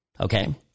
okay